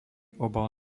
obal